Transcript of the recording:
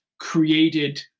created